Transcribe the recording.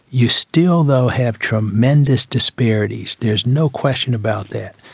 you still though have tremendous disparities, there's no question about that.